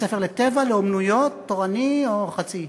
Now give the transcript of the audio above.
בבית-ספר לטבע, לאמנויות, תורני או חצי,